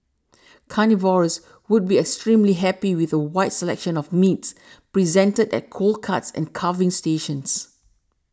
carnivores would be extremely happy with a wide selection of meats presented at cold cuts and carving stations